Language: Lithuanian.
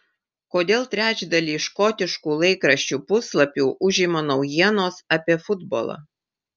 kodėl trečdalį škotiškų laikraščių puslapių užima naujienos apie futbolą